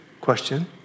Question